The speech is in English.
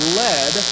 led